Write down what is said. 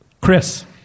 Chris